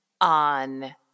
on